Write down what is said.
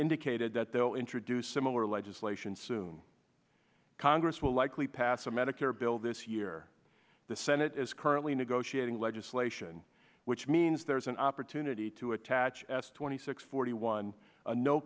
indicated that though introduced similar legislation soon congress will likely pass a medicare bill this year the senate is currently negotiating legislation which means there's an opportunity to attach s twenty six forty one a no